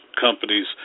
companies